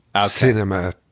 cinema